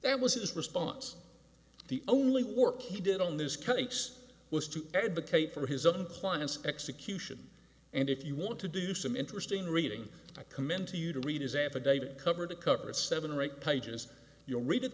that was his response the only work he did on this case was to advocate for his own plan of execution and if you want to do some interesting reading i commend to you to read his affidavit cover to cover it seven or eight pages you'll read it